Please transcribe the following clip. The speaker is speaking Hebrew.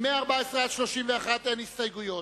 מ-14 עד 31 אין הסתייגויות.